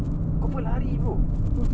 confirm lari bro